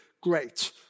great